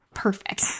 perfect